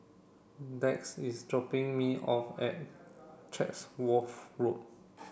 Dax is dropping me off at Chatsworth Road